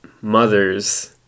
mothers